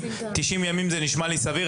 אז 90 ימים זה נשמע לי סביר.